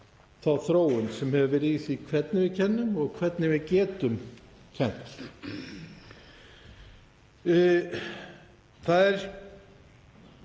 þá þróun sem hefur verið í því hvernig við kennum og hvernig við getum kennt. Það